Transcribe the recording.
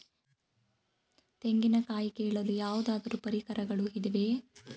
ತೆಂಗಿನ ಕಾಯಿ ಕೀಳಲು ಯಾವುದಾದರು ಪರಿಕರಗಳು ಇವೆಯೇ?